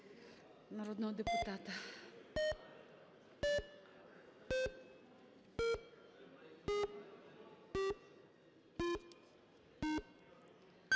народного депутата.